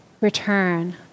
return